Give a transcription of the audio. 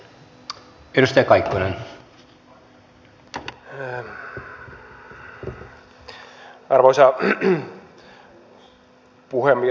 arvoisa puhemies